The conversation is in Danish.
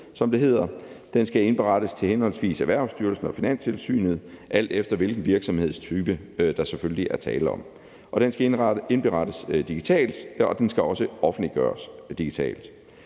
som det hedder. Den skal indberettes til henholdsvis Erhvervsstyrelsen og Finanstilsynet, selvfølgelig alt efter hvilken virksomhedstype der er tale om. Den skal indberettes digitalt, og den skal også offentliggøres digitalt.